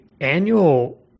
annual